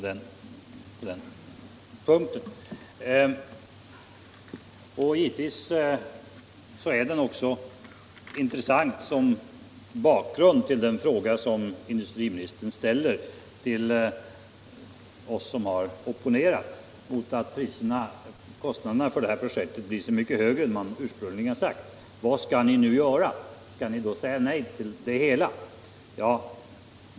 Men givetvis är upplysningen intressant som bakgrund till den fråga som industriministern ställer till oss som har opponerat mot att kostnaderna för detta projekt blir så mycket högre än man ursprungligen sagt: Vad skall ni nu göra? Skall ni säga nej till det hela?